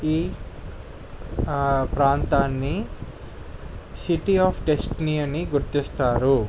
ఈ ఆ ప్రాంతాన్ని సిటీ ఆఫ్ డెస్టినీ అని గుర్తిస్తారు